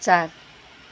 चार